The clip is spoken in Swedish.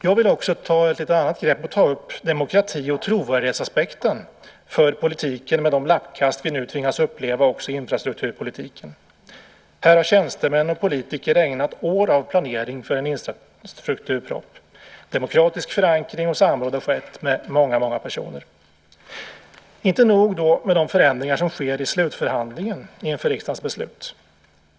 Jag vill också ta ett lite annat grepp och ta upp demokrati och trovärdighetsaspekten för politiken med de lappkast vi nu tvingas uppleva i infrastrukturpolitiken. Tjänstemän och politiker har ägnat år av planering för en infrastrukturproposition. Demokratisk förankring och samråd har skett med många personer. Det är inte nog med de förändringar som skedde i slutförhandlingen inför riksdagens beslut.